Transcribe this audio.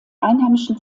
einheimischen